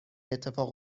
اتفاق